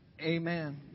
Amen